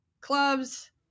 clubs